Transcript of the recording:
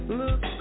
look